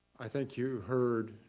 i think you heard